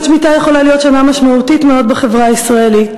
שנת שמיטה יכולה להיות שנה משמעותית מאוד בחברה הישראלית.